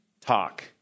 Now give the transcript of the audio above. talk